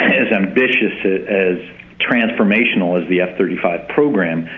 as ambitious, ah as transformational as the f thirty five program,